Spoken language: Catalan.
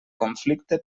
conflicte